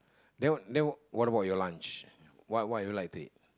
then what then what what about your lunch what what you like to eat